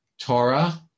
Torah